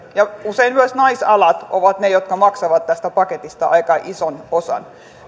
ja usein myös naisalat ovat ne jotka maksavat tästä paketista aika ison osan